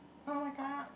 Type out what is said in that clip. [oh]-my-god